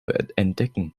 entdecken